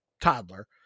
toddler